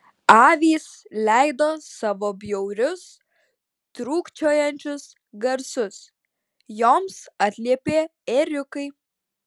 avys leido savo bjaurius trūkčiojančius garsus joms atliepė ėriukai